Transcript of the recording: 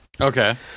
Okay